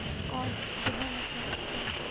اور دھیان رکھیں خود کا